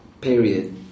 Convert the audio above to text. period